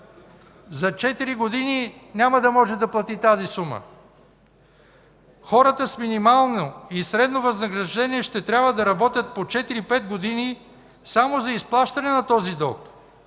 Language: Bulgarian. години няма да може да плати тази сума. Хората с минимално и средно възнаграждение ще трябва да работят по четири-пет години само за изплащане на този дълг